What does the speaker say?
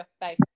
Bye